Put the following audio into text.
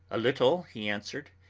a little, he answered.